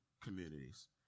communities